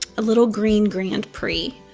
a little green grand prix,